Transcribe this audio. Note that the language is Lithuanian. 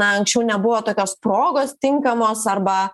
na anksčiau nebuvo tokios progos tinkamos arba